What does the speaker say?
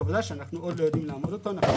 עבודה שאנחנו עוד לא יודעים לאמוד אותם.